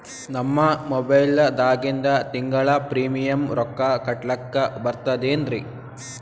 ನಮ್ಮ ಮೊಬೈಲದಾಗಿಂದ ತಿಂಗಳ ಪ್ರೀಮಿಯಂ ರೊಕ್ಕ ಕಟ್ಲಕ್ಕ ಬರ್ತದೇನ್ರಿ?